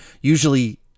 usually